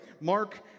Mark